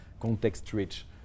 context-rich